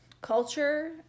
culture